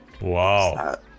Wow